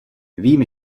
vím